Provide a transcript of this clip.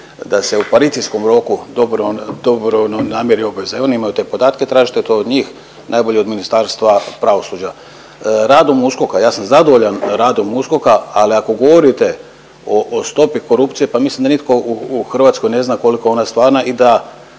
da se u paricijskom roku dobro, dobrovoljno namiri obveza, oni imaju te podatke, tražite to od njih, najbolje od Ministarstva pravosuđa. Radom USKOK-a, ja sam zadovoljan radom USKOK-a, ali ako govorite o, o stopi korupcije, pa mislim da nitko u, u Hrvatskoj ne zna koliko je ona stvarna i da